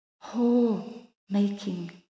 whole-making